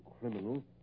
criminal